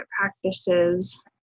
practices